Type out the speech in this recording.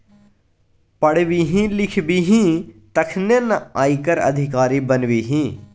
पढ़बिही लिखबिही तखने न आयकर अधिकारी बनबिही